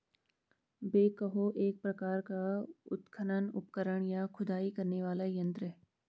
backhoe एक प्रकार का उत्खनन उपकरण, या खुदाई करने वाला यंत्र है